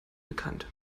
bekannt